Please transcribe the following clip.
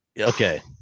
Okay